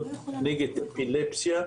נגד אפילפסיה,